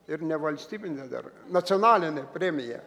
ir nevalstybine dar nacionaline premija